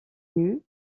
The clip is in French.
nue